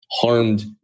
Harmed